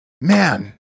Man